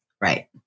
Right